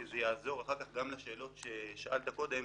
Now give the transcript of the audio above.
כי זה יעזור אחר כך גם לשאלות ששאלת קודם,